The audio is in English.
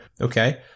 Okay